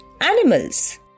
animals